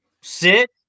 sit